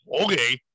Okay